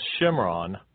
Shimron